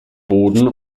boden